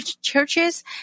churches